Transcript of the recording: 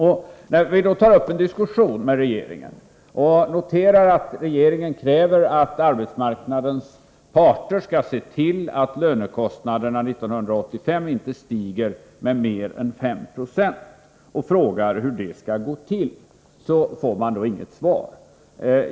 När vi då tar upp en diskussion med regeringen och noterar att regeringen kräver att arbetsmarknadens parter skall se till att lönekostnaderna för 1985 inte stiger med mer än 5 96 och frågar hur det skall gå till, då får vi inget svar.